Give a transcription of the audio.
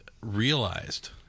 realized